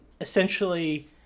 essentially